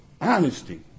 Honesty